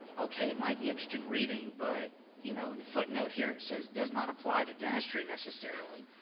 okay, it might be interesting reading but you know in the footnote here it says does not apply to dentistry necessarily.